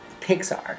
pixar